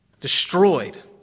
destroyed